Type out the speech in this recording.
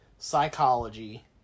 psychology